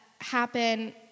happen